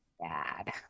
Bad